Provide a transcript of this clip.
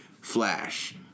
Flash